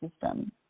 system